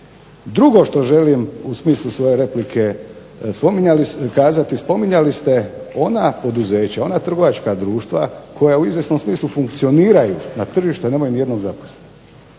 Drugo što želim u smislu svoje replike kazati. Spominjali ste ona poduzeća, ona trgovačka društva koja u izvjesnom smislu funkcioniraju na tržištu, a nemaju ni jednog zaposlenog.